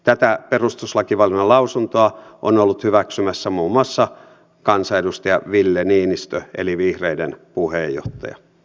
tätä perustuslakivaliokunnan lausuntoa on ollut hyväksymässä muun muassa kansanedustaja ville niinistö eli vihreiden puheenjohtaja